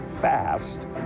fast